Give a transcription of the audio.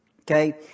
Okay